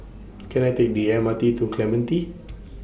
Can I Take The M R T to Clementi